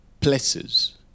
places